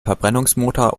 verbrennungsmotor